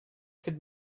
could